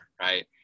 Right